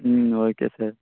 ம் okay sir